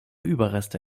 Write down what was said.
überreste